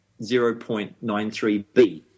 0.93B